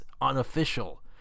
unofficial